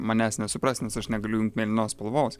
manęs nesupras nes aš negaliu įjungt mėlynos spalvos